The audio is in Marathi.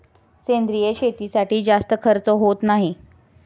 सेंद्रिय शेतीसाठी जास्त खर्च होत नाही